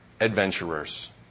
Adventurers